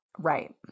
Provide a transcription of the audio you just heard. Right